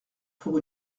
pour